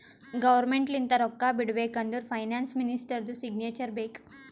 government ಲಿಂತ ರೊಕ್ಕಾ ಬಿಡ್ಬೇಕ ಅಂದುರ್ ಫೈನಾನ್ಸ್ ಮಿನಿಸ್ಟರ್ದು ಸಿಗ್ನೇಚರ್ ಬೇಕ್